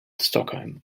stockholm